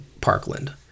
parkland